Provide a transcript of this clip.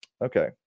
Okay